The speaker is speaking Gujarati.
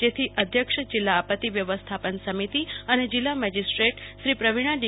જેથી અધ્યક્ષ જિલ્લા આપત્તિ વ્યવસ્થાપન સમિતિ અને જિલ્લા મેજીસ્ટ્રેટશ્રી પ્રવીણા ડી